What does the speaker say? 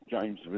James